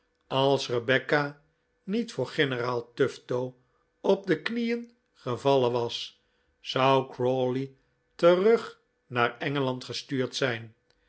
als rebecca niet voor generaal tufto op de knieen gevallen was zou crawley terug naar engeland gestuurd zijn